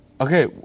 okay